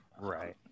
Right